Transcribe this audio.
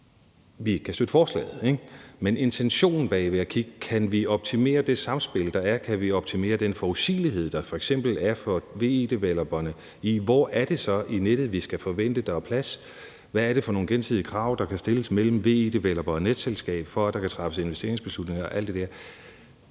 ikke? Men så er der intentionen bag det, altså at kigge på, om vi kan optimere det samspil, der er, og om vi kan optimere den forudsigelighed, der f.eks. er behov for, for VE-developerne, i forhold til hvor i nettet det så f.eks. er, vi skal forvente, at der er plads, og hvad det er for nogle gensidige krav, der kan stilles mellem VE-developer og netselskab, for at der kan træffes investeringsbeslutninger og alt det der.